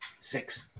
Six